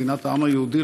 מדינת העם היהודי,